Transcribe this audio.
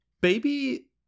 baby